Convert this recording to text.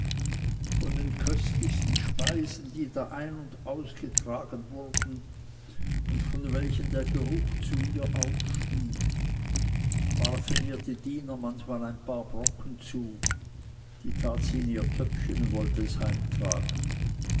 von den köstlichen speisen die da ein und ausgetragen wurden und von welchen der geruch zu ihr aufstieg warfen ihr diener manchmal ein paar brocken zu die tat sie in ihr töpfchen und wollte es